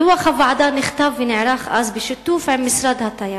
דוח הוועדה נכתב ונערך אז בשיתוף עם משרד התיירות.